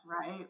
right